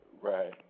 Right